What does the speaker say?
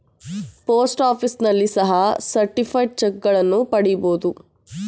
post ಆಫೀಸ್ನಲ್ಲಿ ಸಹ certified ಚಕ್ಗಳನ್ನ ಪಡಿಬೋದು